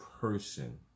person